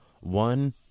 one